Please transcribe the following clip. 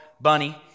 bunny